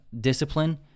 discipline